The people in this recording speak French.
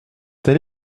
tel